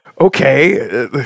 okay